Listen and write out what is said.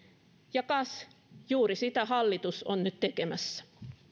ja kas juuri sitä hallitus on nyt tekemässä